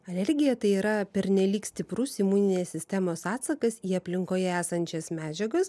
alergija tai yra pernelyg stiprus imuninės sistemos atsakas į aplinkoje esančias medžiagas